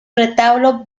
retablo